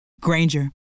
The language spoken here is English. Granger